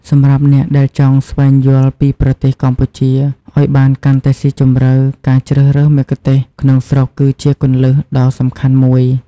សម្រាប់អ្នកដែលចង់ស្វែងយល់ពីប្រទេសកម្ពុជាឲ្យបានកាន់តែស៊ីជម្រៅ ការជ្រើសរើសមគ្គុទ្ទេសក៍ក្នុងស្រុកគឺជាគន្លឹះដ៏សំខាន់មួយ